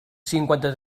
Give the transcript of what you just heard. cinquanta